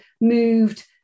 moved